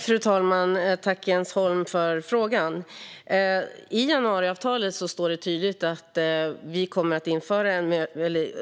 Fru talman! Tack, Jens Holm, för frågan! I januariavtalet står det tydligt att vi kommer att